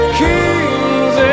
kings